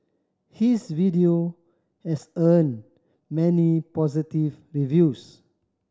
his video has earned many positive reviews